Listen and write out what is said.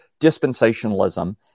dispensationalism